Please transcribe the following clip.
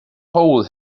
hole